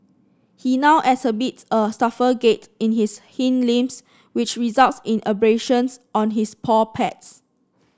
he now exhibits a stiffer gait in his hind limbs which results in abrasions on his paw pads